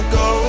go